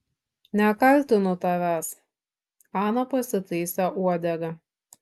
nekaltinu tavęs ana pasitaisė uodegą